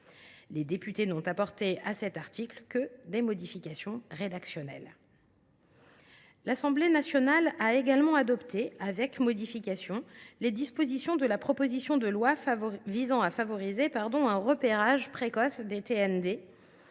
Les députés n’ont apporté à cet article que des modifications rédactionnelles. L’Assemblée nationale a également adopté, avec modifications, les dispositions de la proposition de loi visant à favoriser un repérage précoce des TND.